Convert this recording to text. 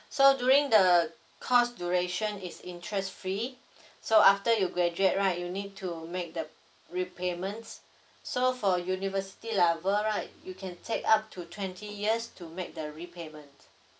so during the course duration is interest free so after you graduate right you need to make the repayments so for university level right you can take up to twenty years to make the repayment